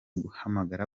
guhamagara